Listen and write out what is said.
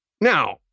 now